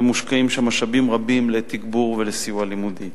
ומושקעים שם משאבים רבים לתגבור ולסיוע לימודי.